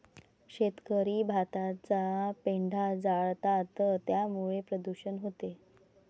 शेतकरी भाताचा पेंढा जाळतात त्यामुळे प्रदूषण होते